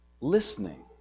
listening